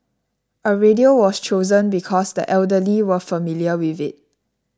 a radio was chosen because the elderly were familiar with it